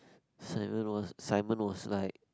Simon was Simon was like